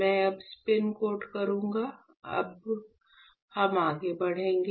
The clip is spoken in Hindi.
मैं अब स्पिन कोट करूंगा हम अब बढ़ेंगे